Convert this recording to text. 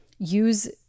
use